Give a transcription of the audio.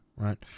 Right